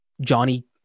Johnny